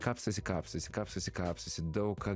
kapstosi kapstosi kapstosi kapstosi daug ką